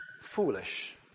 foolish